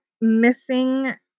missing